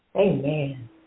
Amen